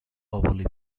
hourly